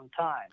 time